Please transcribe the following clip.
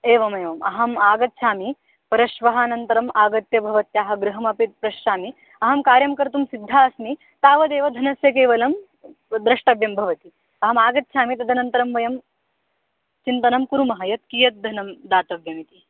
एवमेवम् अहम् आगच्छामि परश्वः अनन्तरम् आगत्य भवत्याः गृहमपि पश्यामि अहं कार्यं कर्तुं सिद्धा अस्मि तावदेव धनस्य केवलं द्रष्टव्यं भवति अहमागच्छामि तदनन्तरं वयं चिन्तनं कुर्मः यत् कियद्धनं दातव्यमिति